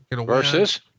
Versus